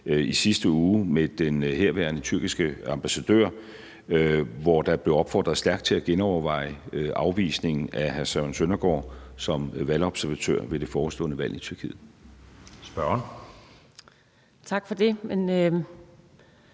i sidste uge med den herværende tyrkiske ambassadør, hvor der blev opfordret stærkt til at genoverveje afvisningen af hr. Søren Søndergaard som valgobservatør ved det forestående valg i Tyrkiet. Kl. 13:13 Anden